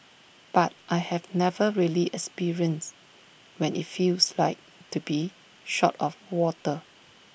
but I have never really experienced when IT feels like to be short of water